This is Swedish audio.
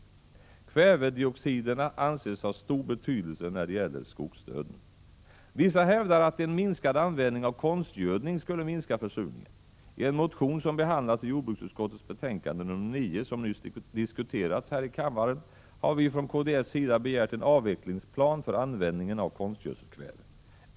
Kvävedioxiderna anses ha stor betydelse när det gäller skogsdöden. Vissa hävdar att en minskad användning av konstgödning skulle minska försurningen. I en motion som behandlas i jordbruksutskottets betänkande nr 9, som nyss diskuterats i kammaren, har vi från kds sida begärt en avvecklingsplan för användningen av konstgödselkväve.